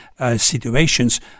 situations